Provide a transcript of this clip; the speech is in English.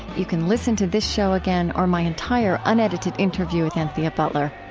you can listen to this show again or my entire unedited interview with anthea butler.